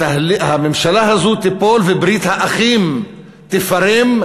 הממשלה הזו תיפול וברית האחים תיפרם,